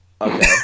Okay